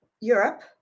Europe